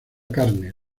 carne